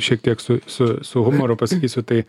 šiek tiek su su su humoru pasakysiu tai